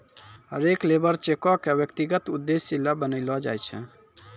हरेक लेबर चेको क व्यक्तिगत उद्देश्य ल बनैलो जाय छै